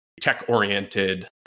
tech-oriented